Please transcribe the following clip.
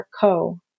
Co